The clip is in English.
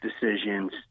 decisions